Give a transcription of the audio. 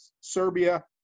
Serbia